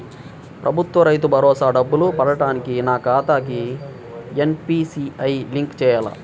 ప్రభుత్వ రైతు భరోసా డబ్బులు పడటానికి నా ఖాతాకి ఎన్.పీ.సి.ఐ లింక్ చేయాలా?